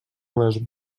les